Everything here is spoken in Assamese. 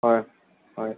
হয় হয়